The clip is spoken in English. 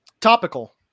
Topical